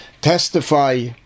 testify